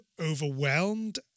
overwhelmed